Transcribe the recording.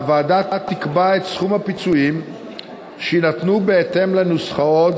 הוועדה תקבע את סכום הפיצויים שיינתנו בהתאם לנוסחאות